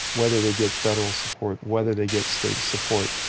whether they get federal support. whether they get state support,